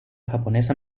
japonesa